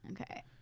okay